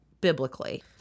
biblically